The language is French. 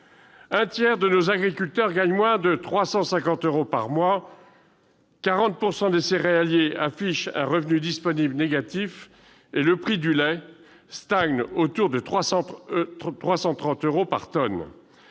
Un tiers de nos agriculteurs gagne moins de 350 euros par mois, 40 % des céréaliers affichent un revenu disponible négatif et le prix du lait stagne autour de 330 euros par tonne.